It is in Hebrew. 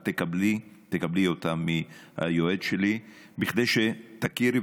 את תקבלי אותה מהיועץ שלי כדי שתכירי.